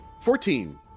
Fourteen